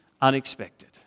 unexpected